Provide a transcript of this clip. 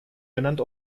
genannt